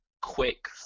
quick